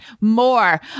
more